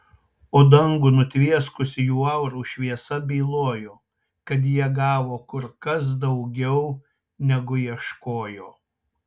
o dangų nutvieskusi jų aurų šviesa bylojo kad jie gavo kur kas daugiau negu ieškojo